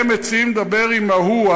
והם מציעים לדבר עם ההוא,